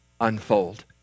unfold